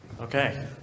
Okay